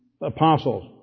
apostles